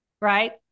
right